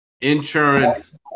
insurance